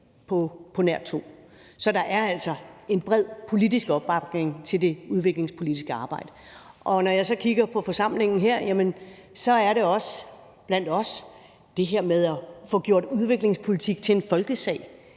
på nær to. Så der er altså en bred politisk opbakning til det udviklingspolitiske arbejde. Når jeg så kigger på forsamlingen her, handler det også for os om det med at få gjort udviklingspolitik til en folkesag;